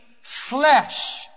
flesh